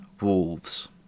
Wolves